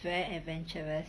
very adventurous